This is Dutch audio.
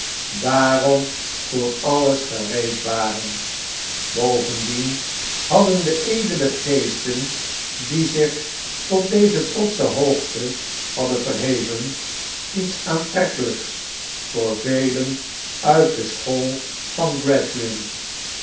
daarom vbor alles gereed waren bovendien hadden de edele geesten die zich tot deze trotsche hoogte hadden verheven iets aantrekkelijks voor velen uit de school van